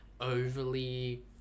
overly